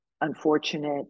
unfortunate